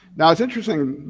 now it's interesting,